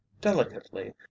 delicately